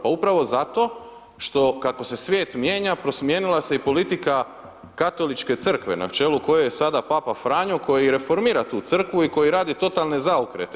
Pa upravo zato, što kako se svijet mijenja, promijenila se i politika Katoličke crkve, na čelu koje je sada papa Franjo koji reformira tu crkvu i koji radi totalne zaokrete.